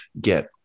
Get